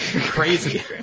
Crazy